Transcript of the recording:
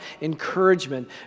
encouragement